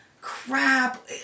crap